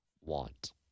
want